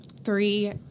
three